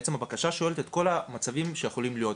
בעצם הבקשה שואלת את כל המצבים שיכולים להיות.